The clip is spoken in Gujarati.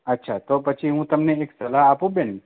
અચ્છા તો પછી હું તમને એક સલાહ આપું બેન